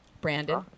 Brandon